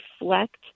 reflect